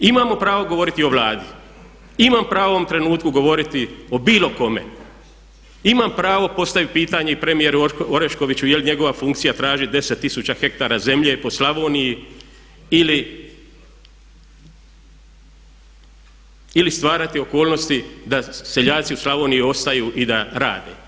Imamo pravo govoriti o Vladi, imam pravo u ovom trenutku govoriti o bilo kome, imam pravo postaviti pitanje i premjeru Oreškoviću je li njegova funkcija traži 10 tisuća ha zemlje po Slavoniji ili stvarati okolnosti da seljaci u Slavoniji ostanu i da rade.